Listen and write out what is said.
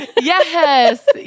Yes